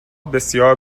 بسیار